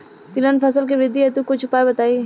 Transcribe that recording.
तिलहन फसल के वृद्धि हेतु कुछ उपाय बताई?